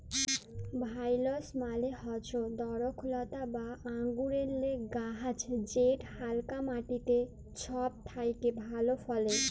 ভাইলস মালে হচ্যে দরখলতা বা আঙুরেল্লে গাহাচ যেট হালকা মাটিতে ছব থ্যাকে ভালো ফলে